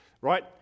right